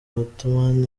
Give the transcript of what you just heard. ottoman